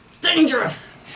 dangerous